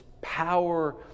power